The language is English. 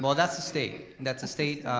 um that's a state. that's a state